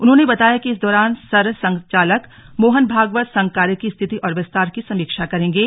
उन्होंने बताया कि इस दौरान सर संघचालक मोहन भागवत संघ कार्य की स्थिति और विस्तार की समीक्षा करेंगे